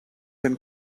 and